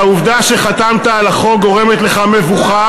אני מבין שהעובדה שחתמת על החוק גורמת לך מבוכה,